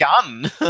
gun